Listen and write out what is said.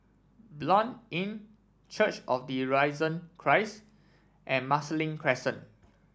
Blanc Inn Church of the Risen Christ and Marsiling Crescent